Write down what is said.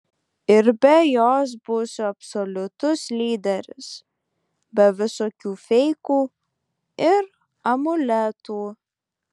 ir be jos būsiu absoliutus lyderis be visokių feikų ir amuletų